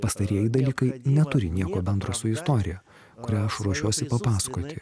pastarieji dalykai neturi nieko bendro su istorija kurią aš ruošiuosi papasakoti